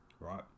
right